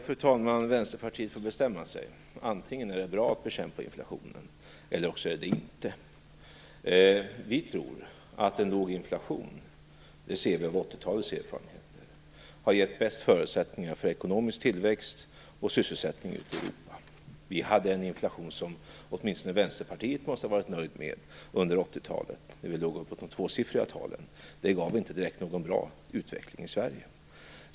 Fru talman! Vänsterpartiet får bestämma sig. Antingen är det bra att bekämpa inflationen eller också är det inte det. Vi tror att en låg inflation - det ser vi av 1980 talets erfarenheter - ger bäst förutsättningar för sysselsättning och ekonomisk tillväxt ute i Europa. Vi hade en inflation som åtminstone Vänsterpartiet måste ha varit nöjt med under 80-talet, då inflationen låg på uppemot tvåsiffriga tal. Det gav inte direkt någon bra utveckling i Sverige.